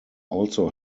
also